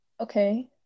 okay